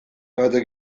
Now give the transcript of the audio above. batek